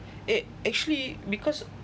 ac~ actually because